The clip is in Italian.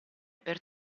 per